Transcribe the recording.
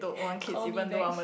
call me back